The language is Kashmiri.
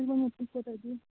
تُہۍ ؤنِو تُہۍ کوتاہ دِیِو